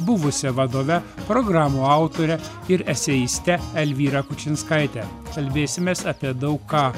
buvusia vadove programų autore ir eseiste elvyra kučinskaite kalbėsimės apie daug ką